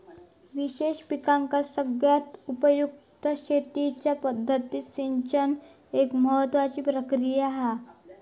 विशेष पिकांका सगळ्यात उपयुक्त शेतीच्या पद्धतीत सिंचन एक महत्त्वाची प्रक्रिया हा